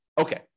Okay